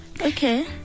Okay